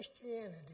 Christianity